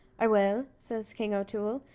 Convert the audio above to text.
i will, says king o'toole,